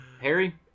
Harry